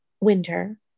Winter